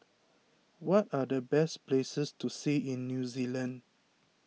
what are the best places to see in New Zealand